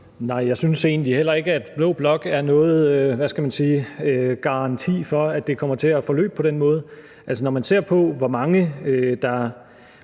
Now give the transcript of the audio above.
Nej, jeg synes egentlig heller ikke, at blå blok er, hvad skal man sige, nogen garanti for, at det kommer til at forløbe på den måde. Altså, når man ser på, hvor mange der